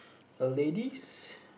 a ladies